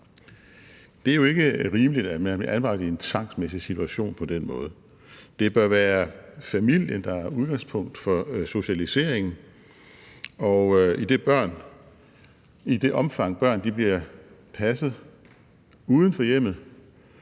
Det er jo ikke rimeligt, at man bliver anbragt i en tvangsmæssig situation på den måde. Det bør være familien, der er udgangspunkt for socialiseringen, og i det omfang børn bliver passet uden for hjemmet